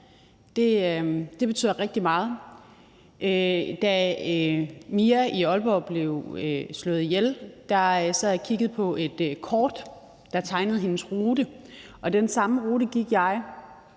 hjem betyder rigtig meget. Da Mia i Aalborg blev slået ihjel, sad jeg og kiggede på et kort, der tegnede hendes rute. Og den samme rute gik jeg